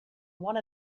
one